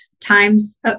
times